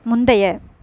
முந்தைய